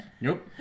Nope